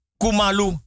kumalu